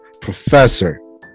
Professor